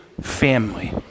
family